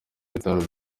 bitaro